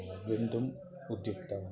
गन्तुम् उद्युक्तवान्